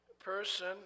Person